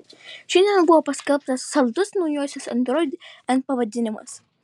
šiandien buvo paskelbtas saldus naujosios android n pavadinimas